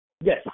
Yes